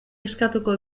eskatuko